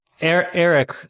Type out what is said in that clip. Eric